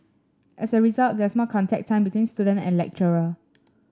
as a result there's more contact time between student and lecturer